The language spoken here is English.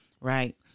right